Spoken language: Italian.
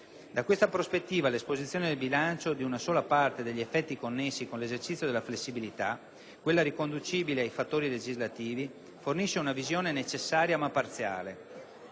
Da questa prospettiva l'esposizione nel bilancio di una sola parte degli effetti connessi con l'esercizio della flessibilità, quella riconducibile ai fattori legislativi, fornisce una visione necessaria, ma parziale.